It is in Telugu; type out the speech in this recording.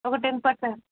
ఒక టెన్ పర్సెంట్